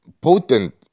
potent